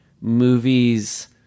movies